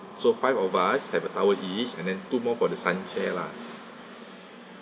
so five of us have a towel each and then two more for the sun chair